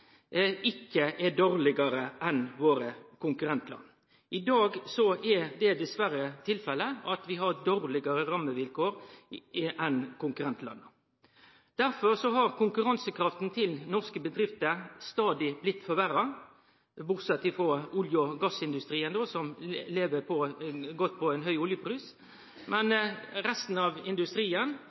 ikkje er dårlegare enn hos våre konkurrentar. I dag er dessverre tilfellet at vi har dårlegare rammevilkår enn konkurrentlanda. Derfor har konkurransekrafta til norske bedrifter stadig blitt forverra, bortsett frå for olje- og gassindustrien som lever godt på ein høg oljepris. Men i resten av industrien